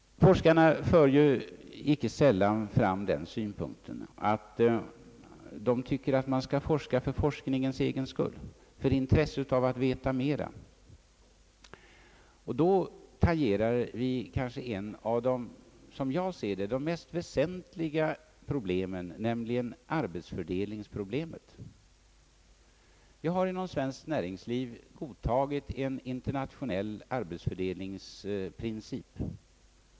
Forskarna för inte sällan fram den synpunkten att man bör forska för forskningens egen skull, för intresset av att få veta mera. Då tangerar vi kanske ett av de — som jag ser det — mest väsentliga problemen, nämligen arbetsfördelningsproblemet. Vi har inom svenskt näringsliv godtagit en internationell — arbetsfördelningsprincip.